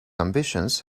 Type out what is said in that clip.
ambitions